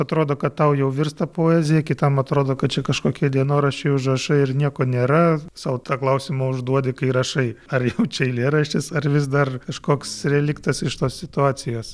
atrodo kad tau jau virsta poezija kitam atrodo kad čia kažkokie dienoraščiai užrašai ir nieko nėra sau tą klausimą užduodi kai rašai ar jau čia eilėraštis ar vis dar kažkoks reliktas iš tos situacijos